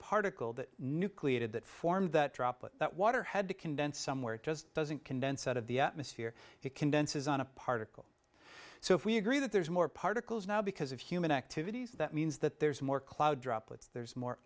particle that nucleated that form that droplet that water had to condense somewhere it just doesn't condense out of the atmosphere it condenses on a particle so if we agree that there's more particles now because of human activities that means that there's more cloud droplets there's more